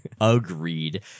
Agreed